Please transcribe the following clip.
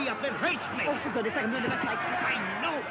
you know